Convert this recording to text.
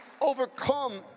overcome